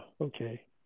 okay